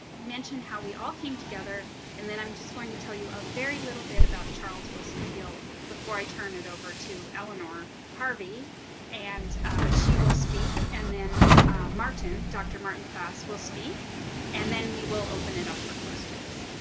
mention how we all came together and then i'm just going to tell you a very little bit about charles wilson peel before i turn it over to eleanor harvey and she will speak and then anna marley martin, dr. martin fast will speak and then we will open it up for questions.